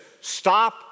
Stop